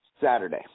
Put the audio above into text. Saturday